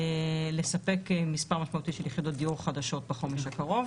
לספק מספר משמעותי של יחידות דיור חדשות בחומש הקרוב,